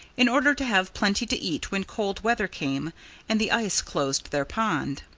in order to have plenty to eat when cold weather came and the ice closed their pond.